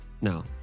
Now